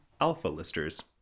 alpha-listers